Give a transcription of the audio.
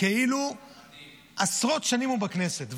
כאילו עשרות שנים הוא בכנסת,